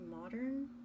modern